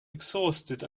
exhausted